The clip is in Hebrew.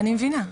אני מבינה,